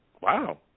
Wow